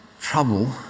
trouble